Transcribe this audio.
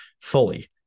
fully